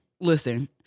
Listen